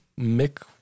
Mick